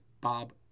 Bob